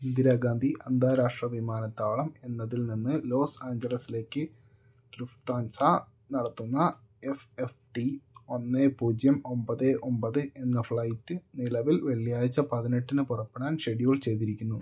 ഇന്ദിരാഗാന്ധി അന്താരാഷ്ട്ര വിമാനത്താവളം എന്നതിൽ നിന്ന് ലോസ് ആഞ്ചലസിലേക്ക് ലുഫ്താൻസ നടത്തുന്ന എഫ് എഫ് ടി ഒന്ന് പൂജ്യം ഒമ്പത് ഒമ്പത് എന്ന ഫ്ലൈറ്റ് നിലവിൽ വെള്ളിയാഴ്ച പതിനെട്ടിന് പുറപ്പെടാൻ ഷെഡ്യൂൾ ചെയ്തിരിക്കുന്നു